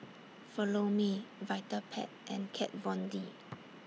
Follow Me Vitapet and Kat Von D